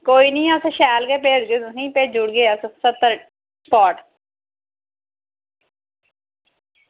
कोई निं अस शैल गै भेजगे तुसेंगी भेजी ओड़गे अस स्हत्तर पाट